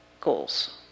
goals